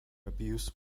abuse